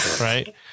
right